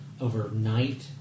overnight